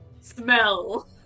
Smell